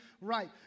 right